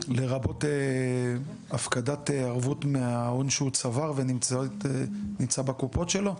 לרבות הפקדת ערבות מההון שהוא צבר ונמצא בקופות שלו?